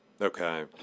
Okay